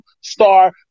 star